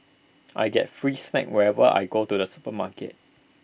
I get free snacks whenever I go to the supermarket